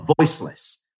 voiceless